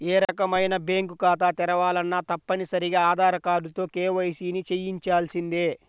ఏ రకమైన బ్యేంకు ఖాతా తెరవాలన్నా తప్పనిసరిగా ఆధార్ కార్డుతో కేవైసీని చెయ్యించాల్సిందే